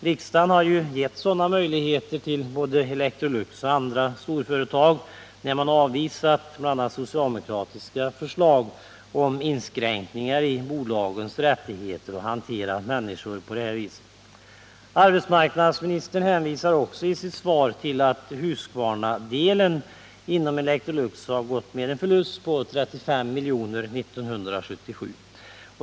Riksdagen har ju gett sådana möjligheter till både Electrolux och andra storföretag när man avvisat bl.a. socialdemokratiska förslag om inskränkningar i företagens rättigheter att hantera människor på det här viset. Arbetsmarknadsministern hänvisar också i sitt svar till att Husqvarnadelen inom Electrolux har gått med en förlust på 35 milj.kr. 1977.